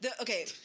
Okay